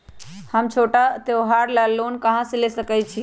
हम छोटा त्योहार ला लोन कहां से ले सकई छी?